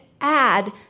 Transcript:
add